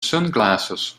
sunglasses